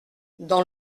dans